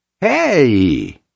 hey